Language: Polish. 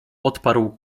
odparł